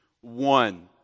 one